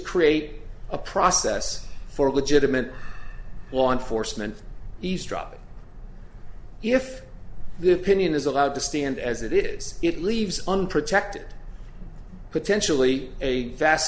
create a process for legitimate law enforcement eavesdropping if the opinion is allowed to stand as it is it leaves unprotected potentially a vast